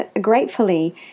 gratefully